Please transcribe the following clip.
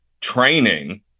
training